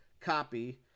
copy